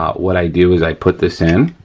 what i do is i put this in